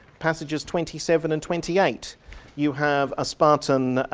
passages twenty seven and twenty eight you have a spartan